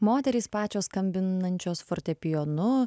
moterys pačios skambinančios fortepijonu